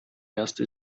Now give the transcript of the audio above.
erste